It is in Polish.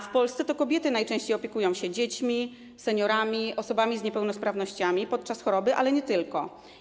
W Polsce to kobiety najczęściej opiekują się dziećmi, seniorami, osobami z niepełnosprawnościami podczas choroby, ale nie tylko.